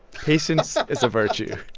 patience is a virtue